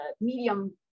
medium